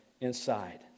inside